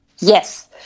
Yes